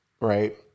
right